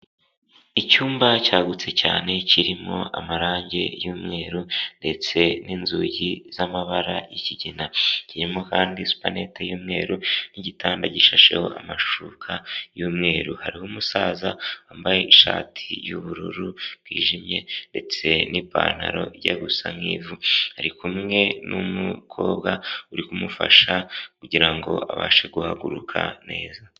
Icyumba cyagutse cyane kirimo amarange y'umweru ndetse n'inzugi z'amabara y'ikigina, kirimo kandi supanete y'umweru n'igitanda gishasheho amashuka y'umweru, hariho umusaza wambaye ishati y'ubururu bwijimye ndetse n'ipantaro ijya gusa nk'ivu, ari kumwe n'umukobwa uri kumufasha kugira ngo abashe guhaguruka neza.